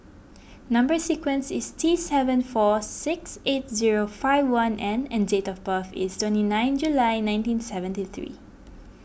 Number Sequence is T seven four six eight zero five one N and date of birth is twenty nine July nineteen seventy three